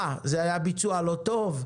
מה, הביצוע היה לא טוב?